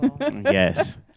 yes